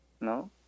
no